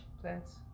plants